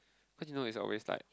cause you know it's always like